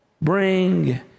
bring